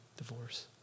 Divorce